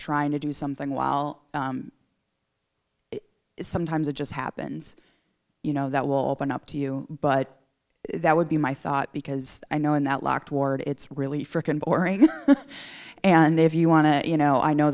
trying to do something while sometimes it just happens you know that will end up to you but that would be my thought because i know in that locked ward it's really for and if you want to you know i know